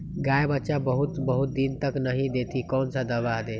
गाय बच्चा बहुत बहुत दिन तक नहीं देती कौन सा दवा दे?